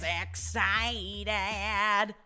excited